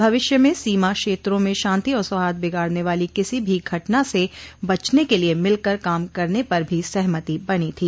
भविष्य में सीमा क्षेत्रों में शांति और सौहार्द बिगाड़ने वाली किसी भी घटना से बचने के लिए मिलकर काम करने पर भी सहमति बनी थी